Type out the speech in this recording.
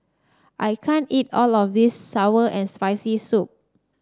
I can't eat all of this sour and Spicy Soup